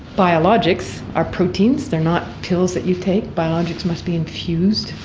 biologics are proteins, they are not pills that you take, biologics must be infused,